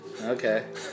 Okay